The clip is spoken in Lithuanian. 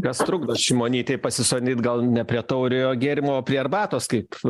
kas trukdo šimonytei pasisodint gal ne prie tauriojo gėrimo o prie arbatos kaip